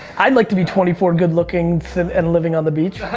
i'd like to be twenty four, good looking and living on the beach.